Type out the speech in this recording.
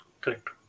Correct